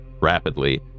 rapidly